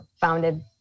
founded